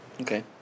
Okay